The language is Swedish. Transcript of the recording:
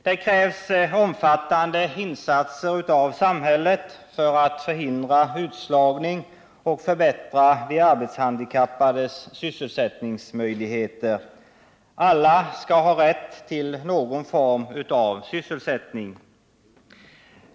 Det krävs omfattande insatser av samhället för att förhindra utslagning och för att kunna förbättra de arbetshandikappades sysselsättningsmöjligheter. Alla skall ha rätt till någon form av sysselsättning.